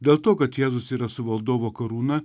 dėl to kad jėzus yra su valdovo karūna